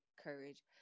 courage